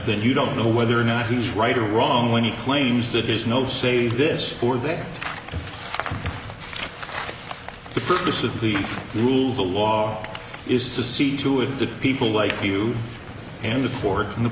then you don't know whether or not he's right or wrong when he claims that there's no say this or that the purpose of the rule the law is to see to it that people like you and the fourth and the